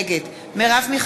נגד אראל מרגלית,